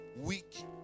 Weak